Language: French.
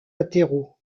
latéraux